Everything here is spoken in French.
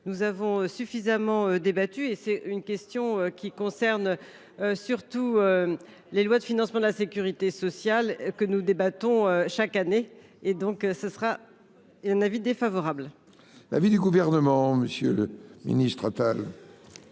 nous avons suffisamment débattu et c'est une question qui concerne. Surtout. Les lois de financement de la Sécurité sociale, que nous débattons chaque année et donc ce sera. Un avis défavorable. L'avis du gouvernement, Monsieur le Ministre-t-elle.